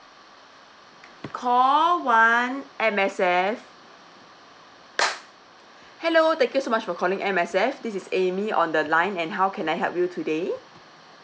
call one M_S_F hello thank you so much for calling M_S_F this is amy on the line and how can I help you today